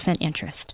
interest